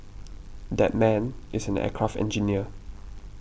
that man is an aircraft engineer